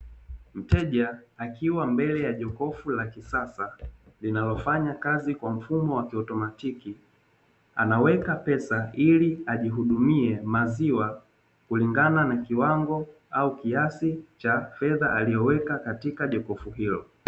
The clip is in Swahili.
Mteja akiwa mbele ya jokofu la kisasa linalofanya kazi kwa mfumo wa kiautomatiki, anaweka pesa ili ajihidumie maziwa kulingana na kiwango au kiasi cha fedha aliyoweka katika jokofu hilo.